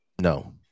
No